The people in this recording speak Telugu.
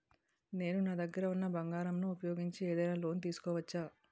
నేను నా దగ్గర ఉన్న బంగారం ను ఉపయోగించి ఏదైనా లోన్ తీసుకోవచ్చా?